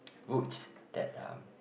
roots that uh